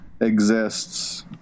exists